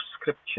Scripture